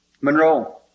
Monroe